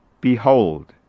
Behold